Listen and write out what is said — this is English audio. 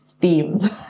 themes